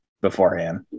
beforehand